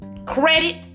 Credit